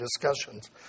discussions